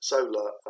Solar